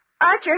Archer